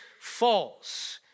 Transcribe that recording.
false